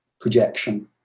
projection